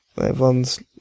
Everyone's